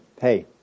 Hey